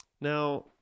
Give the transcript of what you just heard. Now